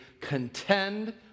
contend